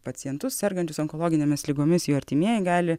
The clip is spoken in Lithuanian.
pacientus sergančius onkologinėmis ligomis jų artimieji gali